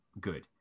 good